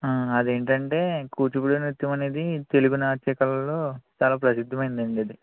అదేంటంటే కూచిపూడి నృత్యం అనేది తెలుగు నాట్యకళల్లో చాలా ప్రసిద్ధమైనదండి అది